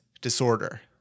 disorder